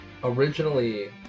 originally